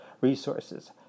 resources